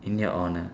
in your honour